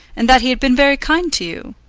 and that he had been very kind to you?